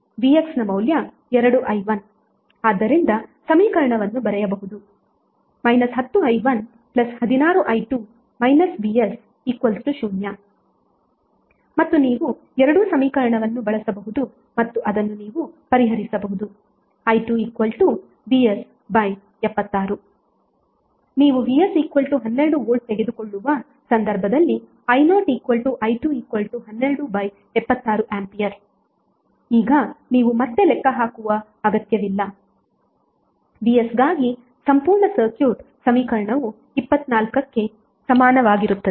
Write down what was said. vx 2i1 ಆದ್ದರಿಂದ ಸಮೀಕರಣವನ್ನು ಬರೆಯಬಹುದು 10i116i2 vs 0 ಮತ್ತು ನೀವು ಎರಡೂ ಸಮೀಕರಣವನ್ನು ಬಳಸಬಹುದು ಮತ್ತು ಅದನ್ನು ನೀವು ಪರಿಹರಿಸಬಹುದು i2vs76 ನೀವು vs12 V ತೆಗೆದು ಕೊಳ್ಳುವ ಸಂದರ್ಭದಲ್ಲಿ I0i21276 A ಈಗ ನೀವು ಮತ್ತೆ ಲೆಕ್ಕ ಹಾಕುವ ಅಗತ್ಯವಿಲ್ಲ Vs ಗಾಗಿ ಸಂಪೂರ್ಣ ಸರ್ಕ್ಯೂಟ್ ಸಮೀಕರಣವು 24 ಕ್ಕೆ ಸಮಾನವಾಗಿರುತ್ತದೆ